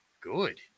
good